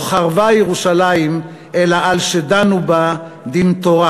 לא חרבה ירושלים אלא על שדנו בה דין תורה,